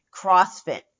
CrossFit